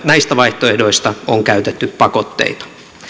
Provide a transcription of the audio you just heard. näistä vaihtoehdoista on käytetty pakotteita